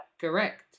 Correct